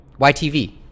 YTV